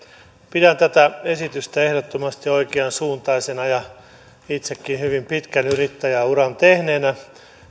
pidän tätä esitystä ehdottomasti oikean suuntaisena itsekin hyvin pitkän yrittäjäuran tehneenä